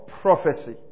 prophecy